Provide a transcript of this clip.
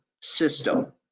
system